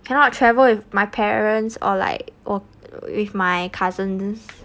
cannot travel with my parents or like or with my cousins